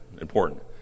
important